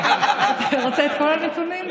אתה רוצה את כל הנתונים?